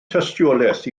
tystiolaeth